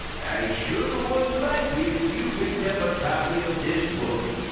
i sure would like it if you picked up a copy of this book.